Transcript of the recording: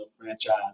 franchise